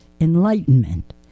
enlightenment